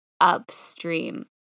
upstream